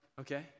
Okay